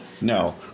No